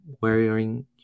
wearing